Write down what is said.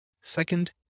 Second